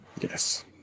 Yes